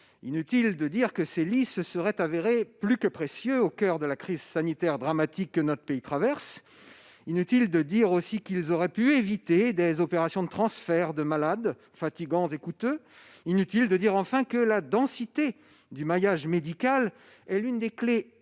Inutile de dire que ces lits se seraient avérés plus que précieux au coeur de la crise sanitaire dramatique que notre pays traverse. Inutile de dire aussi qu'ils auraient pu éviter des opérations fatigantes et coûteuses de transferts de malades. Inutile de dire, enfin, que la densité du maillage médical est l'une des clés indispensables